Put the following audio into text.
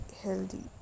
healthy